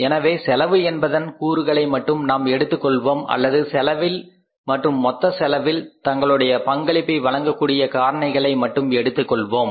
எனவே செலவு என்பதன் கூறுகளை மட்டும் நாம் எடுத்துக் கொள்வோம் அல்லது செலவில் மற்றும் மொத்தச் செலவில் தங்களுடைய பங்களிப்பை வழங்க கூடிய காரணிகளை மட்டும் எடுத்துக்கொள்வோம்